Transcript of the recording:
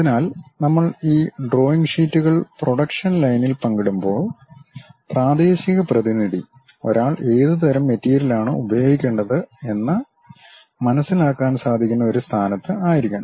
അതിനാൽ നമ്മൾ ഈ ഡ്രോയിംഗ് ഷീറ്റുകൾ പ്രൊഡക്ഷൻ ലൈനിൽ പങ്കിടുമ്പോൾ പ്രാദേശിക പ്രതിനിധി ഒരാൾ ഏതുതരം മെറ്റീരിയലാണ് ഉപയോഗിക്കേണ്ടത് എന്ന് മനസ്സിലാക്കാൻ സാധിക്കുന്ന ഒരു സ്ഥാനത്ത് ആയിരിക്കണം